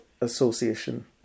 association